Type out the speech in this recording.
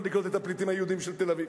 לקלוט את הפליטים היהודים של תל-אביב,